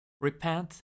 Repent